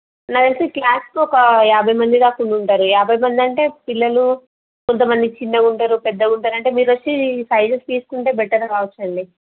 నాకు తెలిసి క్లాసుకి ఒక యాభై మంది దాకా ఉండి ఉంటారు అంటే పిల్లలు కొంతమంది చిన్నగా ఉంటారు పెద్దగా ఉంటారు అంటే మీరు వచ్చి సైజెస్ తీసుకుంటే బెటర్ కావచ్చండి